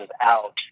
out